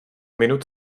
minut